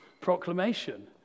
proclamation